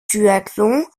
duathlon